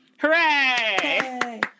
Hooray